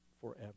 forever